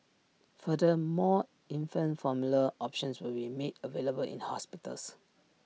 further more infant formula options will be made available in hospitals